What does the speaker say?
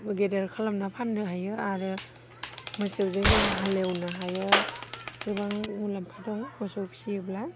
गेदेर खालामना फाननो हायो आरो मोसौजों जों हालेवनो हायो गोबां मुलाम्फा दं मोसौ फिसियोब्ला